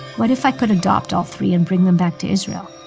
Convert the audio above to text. what if i could adopt all three and bring them back to israel.